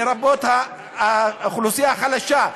לרבות האוכלוסייה החלשה,